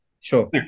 sure